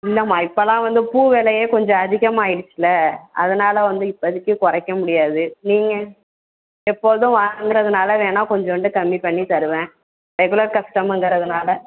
இல்லைம்மா இப்பெலாம் வந்து பூ விலையே கொஞ்சம் அதிகமாகிடுச்சுல்ல அதனால் வந்து இப்போதிக்கு குறைக்க முடியாது நீங்கள் எப்பொழுதும் வாங்குகிறதுனால வேணால் கொஞ்சோண்டு கம்மி பண்ணித் தருவேன் ரெகுலர் கஸ்டமர்ங்கிறதுனால